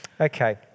Okay